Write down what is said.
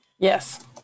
Yes